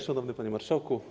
Szanowny Panie Marszałku!